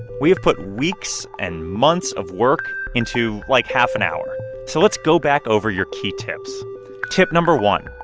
we have put weeks and months of work into like half an hour. so let's go back over your key tips tip no. one,